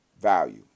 value